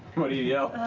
what do you yell?